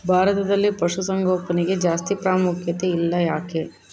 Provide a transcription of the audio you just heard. ಭಾರತದಲ್ಲಿ ಪಶುಸಾಂಗೋಪನೆಗೆ ಜಾಸ್ತಿ ಪ್ರಾಮುಖ್ಯತೆ ಇಲ್ಲ ಯಾಕೆ?